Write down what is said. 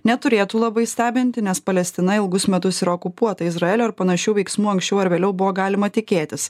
neturėtų labai stebinti nes palestina ilgus metus yra okupuota izraelio ir panašių veiksmų anksčiau ar vėliau buvo galima tikėtis